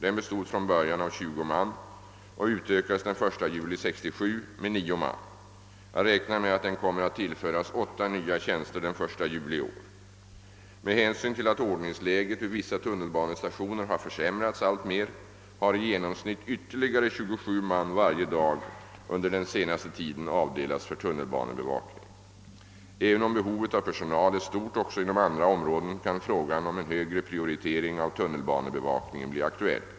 Den bestod från början av 20 man och utökades den 1 juli 1967 med nio man. Jag räknar med att den kommer att tillföras åtta nya tjänster den 1 juli i år. Med hänsyn till att ordningsläget vid vissa tunnelbanestationer har försämrats alltmer har i genomsnitt ytterligare 27 man varje dag under den senaste tiden avdelats för tunnelbanebevakning. Även om behovet av personal är stort också inom andra områden, kan frågan om en högre prioritering av tunnelbanebevakningen bli aktuell.